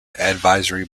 advisory